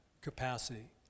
capacity